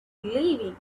leaving